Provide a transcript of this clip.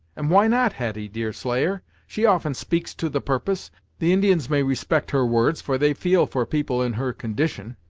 and why not hetty, deerslayer? she often speaks to the purpose the indians may respect her words, for they feel for people in her condition.